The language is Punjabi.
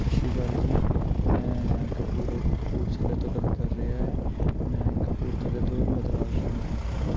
ਸਤਿ ਸ਼੍ਰੀ ਅਕਾਲ ਜੀ ਮੈਂ ਕਪੂਰ ਕਪੂਰਥਲੇ ਤੋਂ ਗੱਲ ਕਰ ਰਿਹਾ ਹੈ ਮੈਂ ਕਪੂਰਥਲੇ ਤੋਂ ਮਦਰਾਸ ਜਾਣਾ ਚਾਹੁੰਦਾ ਹਾਂ